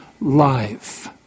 life